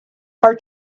are